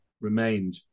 remained